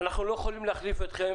אנחנו לא יכולים להחליף אתכם